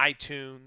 iTunes